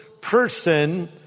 person